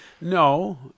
no